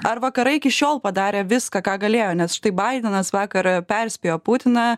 ar vakarai iki šiol padarė viską ką galėjo nes štai baidenas vakar perspėjo putiną